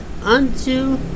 unto